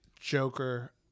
Joker